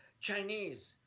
Chinese